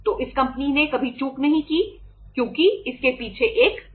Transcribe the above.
तो इस कंपनी ने कभी चूक नहीं की क्योंकि इसके पीछे एक रहस्य है